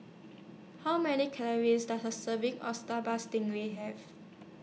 How Many Calories Does A Serving of Sambal Stingray Have